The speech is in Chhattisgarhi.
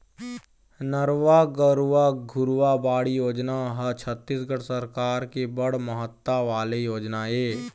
नरूवा, गरूवा, घुरूवा, बाड़ी योजना ह छत्तीसगढ़ सरकार के बड़ महत्ता वाले योजना ऐ